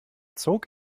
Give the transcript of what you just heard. zog